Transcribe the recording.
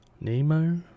Nemo